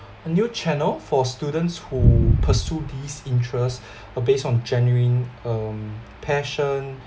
a new channel for students who pursue these interest uh based on genuine um passion